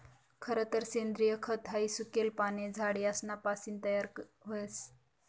खरतर सेंद्रिय खत हाई सुकेल पाने, झाड यासना पासीन तयार व्हस